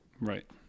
Right